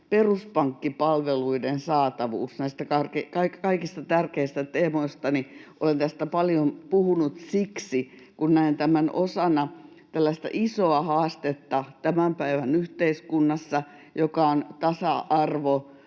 peruspankkipalveluiden saatavuus. Olen tästä paljon puhunut siksi, että näen tämän osana tällaista isoa haastetta tämän päivän yhteiskunnassa, joka on tasa-arvo